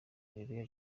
areruya